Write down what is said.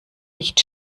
nicht